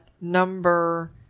number